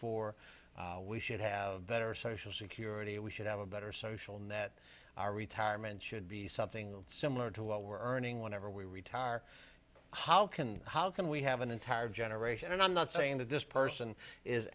for we should have better social security we should have a better social net our retirement should be something similar to what we're earning whenever we retire how can how can we have an entire generation and i'm not saying that this person is